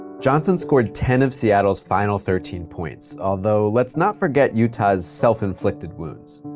johnson scored ten of seattle's final thirteen points, although let's not forget utah's self-inflicted wounds.